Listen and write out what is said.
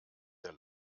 der